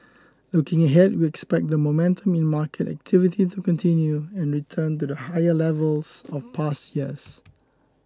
looking ahead we expect the momentum in market activity to continue and return to higher levels of past years